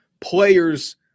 players